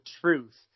truth